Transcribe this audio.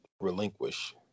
relinquish